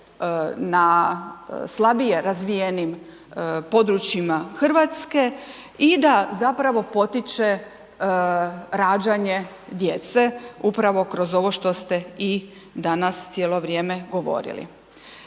na slabije razvijenim područjima Hrvatske i da zapravo potiče rađanje djece upravo kroz ovo što ste i danas cijelo vrijeme govorili.